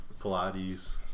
pilates